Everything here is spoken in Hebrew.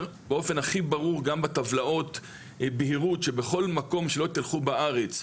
באופן הכי ברור גם בטבלאות בהירות שבכל מקום שלא תלכו בארץ,